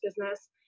business